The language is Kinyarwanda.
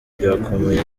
byakomeye